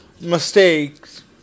mistakes